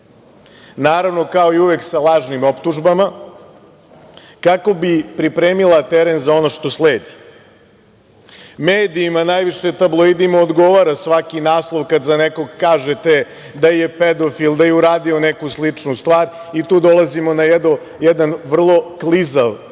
grupu. Naravno, kao i uvek sa lažnim optužbama, kako bi pripremila teren za ono što sledi. Medijima, najviše tabloidima odgovara svaki naslov kada za nekoga kažete da je pedofil, da je uradio neku sličnu stvar i tu dolazimo na jedan vrlo klizav